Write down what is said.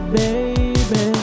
baby